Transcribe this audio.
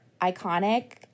iconic